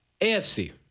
AFC